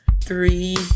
three